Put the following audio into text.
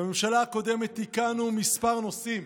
בממשלה הקודמת תיקנו כמה נושאים,